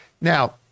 Now